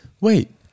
wait